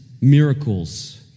miracles